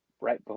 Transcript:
right